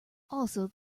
also